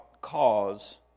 cause